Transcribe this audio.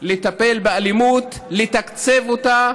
לטפל באלימות, לתקצב אותה,